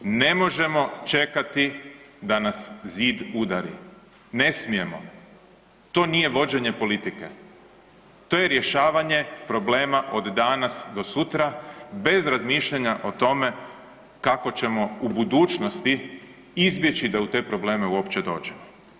Ne možemo čekati da nas zid udari, ne smijemo, to nije vođenje politike, to je rješavanje problema od danas do sutra bez razmišljanja o tome kako ćemo u budućnosti izbjeći da u te probleme uopće dođemo.